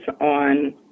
on